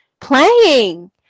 playing